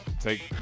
take